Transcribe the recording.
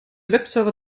webserver